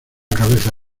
cabeza